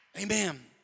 Amen